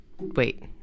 Wait